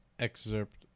excerpt